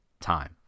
time